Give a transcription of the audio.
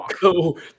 go